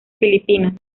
filipinas